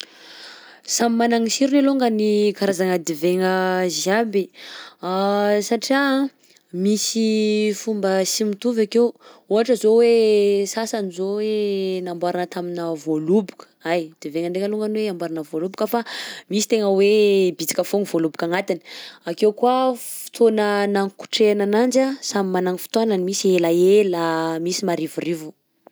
Samy managna i sirony alongany ny karazana divaigna jiaby, satria misy fomba sy mitovy akeo, ohatra zao hoe sasany zao hoe namboarina taminà voaloboka, hay!_x000D_ Divaigna ndraika alongany hoe amboarina voaloboka fa misy tegna hoe bitsika foagna voaloboka agnatiny. _x000D_ Akeo koa fotoana nankotrehana ananjy anh, samy managna ny fotoanany, misy elaela, misy marivorivo.